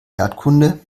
erdkunde